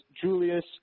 Julius